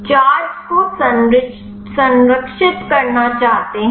charge को संरक्षित करना चाहते हैं